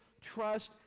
trust